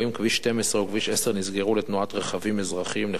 כביש 12 וכביש 10 נסגרו לתנועת רכבים אזרחיים לכל